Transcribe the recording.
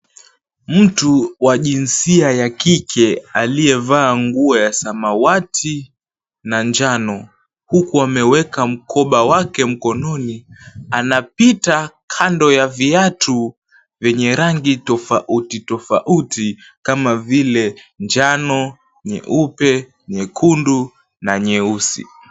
Mtu wa jinsia ya kike aliyevaa nguo ya samawati na njano, huku ameweka mkoba wake mkononi, anapita kando ya viatu vyenye rangi tofauti tofauti kama vile njano, nyeupe, nyekundu na nyeusi.